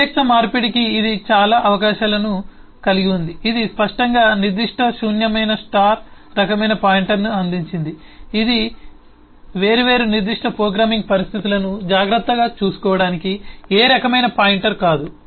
అవ్యక్త మార్పిడికి ఇది చాలా అవకాశాలను కలిగి ఉంది ఇది స్పష్టంగా నిర్దిష్ట శూన్యమైన స్టార్ రకమైన పాయింటర్ను అందించింది ఇది వేర్వేరు నిర్దిష్ట ప్రోగ్రామింగ్ పరిస్థితులను జాగ్రత్తగా చూసుకోవడానికి ఏ రకమైన పాయింటర్ కాదు